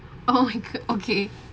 oh my god okay